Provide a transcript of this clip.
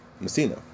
Messina